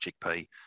chickpea